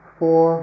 four